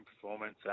performance